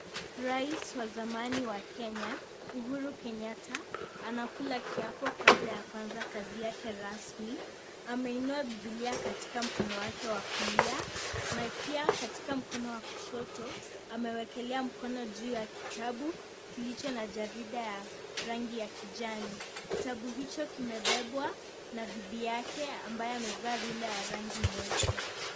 Rais wa zamani wa Kenya Uhuru Kenyatta anakula kiapo kabla ya kuanza Kazi yake rasmi , ameinua bibilia katika mkono wake wa kulia na pia Katika mkono wa kushoto amewekelea mkono juu ya kitabu kilicho na jarida ya rangi ya kijani. Kitabu hicho kimebebwa na bibi yake ambaye amevaa rinda ya rangi nyeupe.